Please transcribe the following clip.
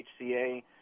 HCA